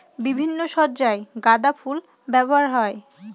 বিভিন্ন সজ্জায় গাঁদা ফুল ব্যবহার হয়